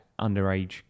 underage